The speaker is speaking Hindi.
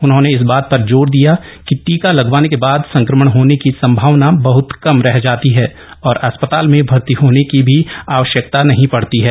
उन्होंने इस बात पर जोर दिया कि टीका लगवाने के बाद संक्रमण होने की संभावना बहत कम रह जाती है और अस्पताल में भर्ती होने की भी आवश्यकता नहीं पड़ती है